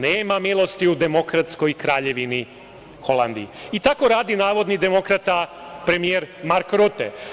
Nema milosti u demokratskoj Kraljevini Holandiji i tako radi navodni demokrata premijer Mark Rute.